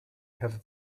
have